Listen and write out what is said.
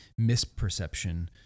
misperception